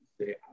say